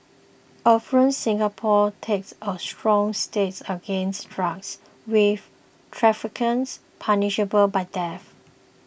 affluent Singapore takes a strong stance against drugs with traffickers punishable by death